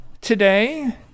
Today